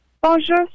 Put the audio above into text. Bonjour